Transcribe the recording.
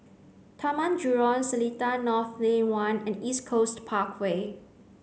Taman Jurong Seletar North Lane one and East Coast Parkway